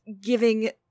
giving-